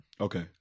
Okay